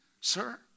sir